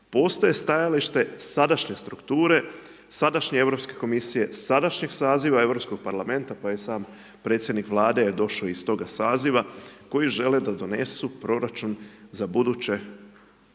Postoje stajalište sadašnje strukture, sadašnje Europske komisije, sadašnjeg saziva Europskog parlamenta, pa i sam predsjednik vlada je došao iz toga saziva, koji žele da donesu proračun za buduće